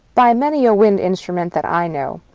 by many a wind instrument that i know.